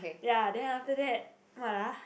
ya then after that what ah